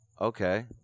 okay